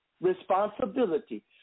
responsibility